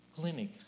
clinic